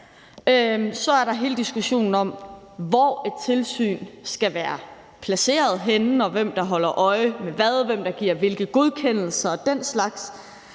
Så er der hele diskussionen om, hvor et tilsyn skal være placeret henne, hvem der holder øje med hvad, og hvem der giver hvilke godkendelser og den slags.